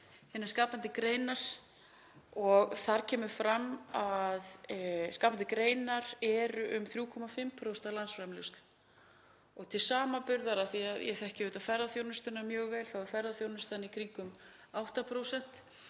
Þar kemur fram að skapandi greinar séu um 3,5% af landsframleiðslu. Til samanburðar, af því að ég þekki auðvitað ferðaþjónustuna mjög vel, er ferðaþjónustan í kringum 8%